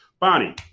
Bonnie